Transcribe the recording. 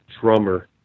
Drummer